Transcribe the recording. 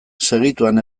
segituan